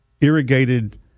irrigated